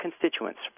constituents